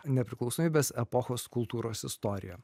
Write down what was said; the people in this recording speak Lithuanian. nepriklausomybės epochos kultūros istoriją